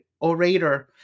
orator